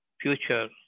future